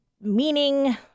meaning